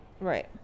Right